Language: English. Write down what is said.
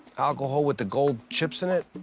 alcohol with the gold chips in it.